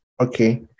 Okay